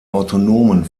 autonomen